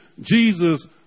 Jesus